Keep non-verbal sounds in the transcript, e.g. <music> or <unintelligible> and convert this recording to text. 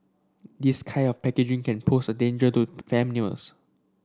this kind of packaging can pose a danger to <unintelligible>